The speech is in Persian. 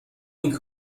این